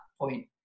point